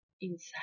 inside